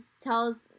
tells